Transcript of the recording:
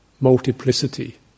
multiplicity